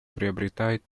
приобретает